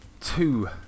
two